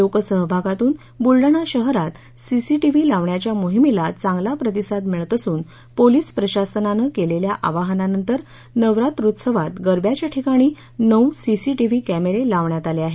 लोक सहभागातून बुलडाणा शहरात सीसीटीव्हीलावण्याच्या मोहिमेला चांगला प्रतिसाद मिळत असून पोलिस प्रशासनानं केलेल्या आवाहनानंतर नवरात्रोत्सवात गरब्यांच्या ठिकाणी नऊ सीसीटीव्ही कॅमेरे लावण्यात आले आहेत